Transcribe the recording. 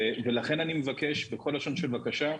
לכן אני מבקש בכל לשון של בקשה: